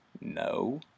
No